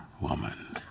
woman